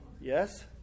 Yes